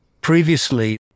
Previously